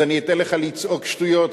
אז אני אתן לך לצעוק שטויות.